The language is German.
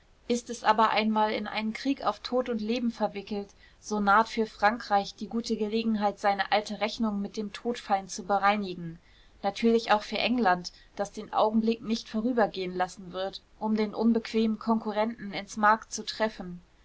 ist es aber einmal in einen krieg auf tod und leben verwickelt so naht für frankreich die gute gelegenheit seine alte rechnung mit dem todfeind zu bereinigen natürlich auch für england das den augenblick nicht vorübergehen lassen wird um den unbequemen konkurrenten ins mark zu treffen